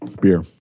Beer